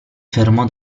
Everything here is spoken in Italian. fermò